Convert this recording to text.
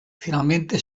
finalmente